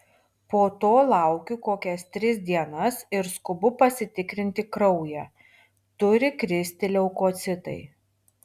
po to laukiu kokias tris dienas ir skubu pasitikrinti kraują turi kristi leukocitai